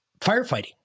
firefighting